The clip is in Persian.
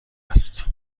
است